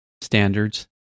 standards